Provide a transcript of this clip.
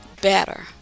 better